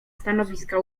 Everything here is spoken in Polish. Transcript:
stanowiska